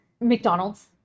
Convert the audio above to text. McDonald's